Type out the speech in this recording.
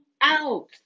out